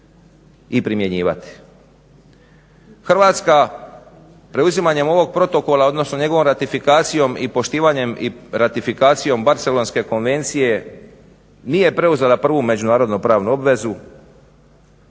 Hrvatska preuzimanjem ovog protokola, odnosno njegovom ratifikacijom i poštivanjem i ratifikacije Barcelonske konvencije nije preuzela prvu međunarodno pravnu obvezu